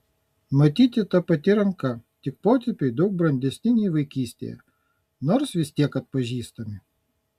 matyti ta pati ranka tik potėpiai daug brandesni nei vaikystėje nors vis tiek atpažįstami